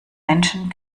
menschen